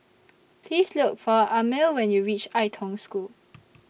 Please Look For Amil when YOU REACH Ai Tong School